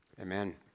Amen